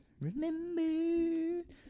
remember